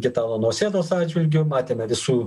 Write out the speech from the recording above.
gitano nausėdos atžvilgiu matėme visų